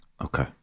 Okay